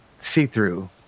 see-through